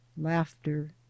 laughter